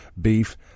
Beef